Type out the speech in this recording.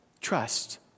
Trust